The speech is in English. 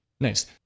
Nice